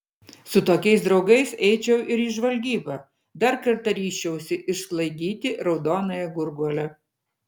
su tokiais draugais eičiau ir į žvalgybą dar kartą ryžčiausi išsklaidyti raudonąją gurguolę